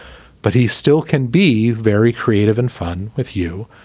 but he still can be very creative and fun with you.